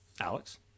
Alex